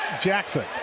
Jackson